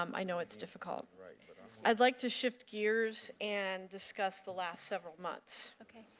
um i know it's difficult. i'd like to shift gears and discuss the last several months. okay.